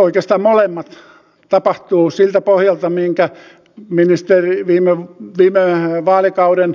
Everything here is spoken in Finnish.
oikeastaan molemmat tapahtuvat siltä pohjalta minkä viime vaalikauden